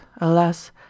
alas